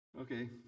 Okay